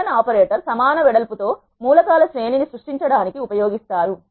colon operator సమాన వెడల్పు తో మూల కాల శ్రేణి ని సృష్టించడానికి ఉపయోగిస్తారు